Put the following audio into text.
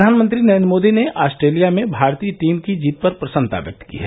प्रधानमंत्री नरेन्द्र मोदी ने ऑस्ट्रेलिया में भारतीय टीम की जीत पर प्रसन्नता व्यक्त की है